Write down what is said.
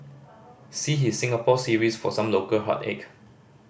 see his Singapore series for some local heartache